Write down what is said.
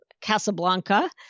Casablanca